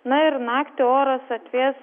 na ir naktį oras atvės